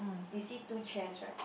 you see two chairs right